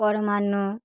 পরমান্ন